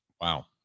Wow